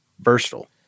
versatile